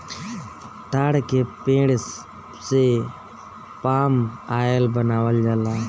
ताड़ के पेड़ से पाम आयल बनावल जाला